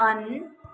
on